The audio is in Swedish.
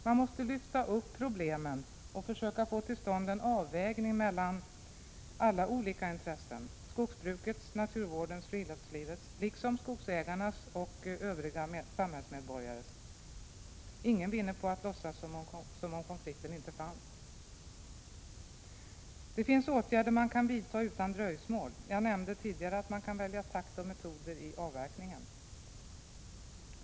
Man måste lyfta upp problemen och försöka få till stånd en avvägning mellan alla olika intressen: skogsbrukets, naturvårdens, friluftslivets liksom skogsägarnas och övriga samhällsmedborgares. Ingen vinner på att låtsas som om konflikten inte fanns. Det finns åtgärder man kan vidta utan dröjsmål. Jag nämnde tidigare att man kan välja takt och metoder i avverkningen.